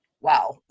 wow